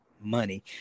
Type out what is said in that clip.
money